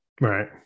Right